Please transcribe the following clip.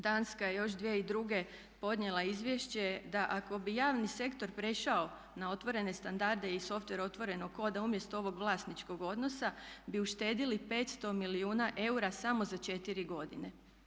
Danska je još 2002. podnijela izvješće da ako bi javni sektor prešao na otvorene standarde i software otvorenog koda umjesto ovog vlasničkog odnosa bi uštedili 500 milijuna eura samo za 4 godine.